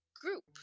Group